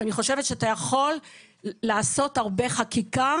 ואני חושבת שאתה יכול לעשות הרבה חקיקה